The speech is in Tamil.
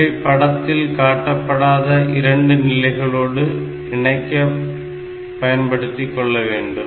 இவை படத்தில் காட்டப்படாத இரண்டு நிலைகளோடு இணைக்க பயன்படுத்திக்கொள்ளவேண்டும்